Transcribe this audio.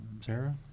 Sarah